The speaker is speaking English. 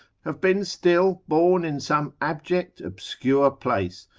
have been still born in some abject, obscure place,